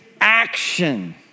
action